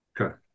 Okay